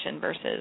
versus